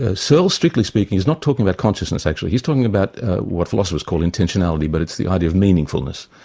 ah so strictly speaking is not talking about consciousness, actually. he's talking about what philosophers call intentionality, but it's the idea of meaningfulness.